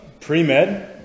pre-med